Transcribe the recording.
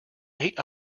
eight